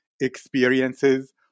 experiences